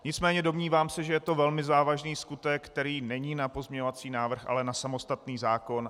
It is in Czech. Nicméně se domnívám, že je to velmi závažný skutek, který není na pozměňovací návrh, ale na samostatný zákon.